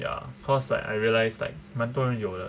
ya cause like I realize like 蛮多人有的